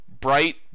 bright